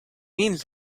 means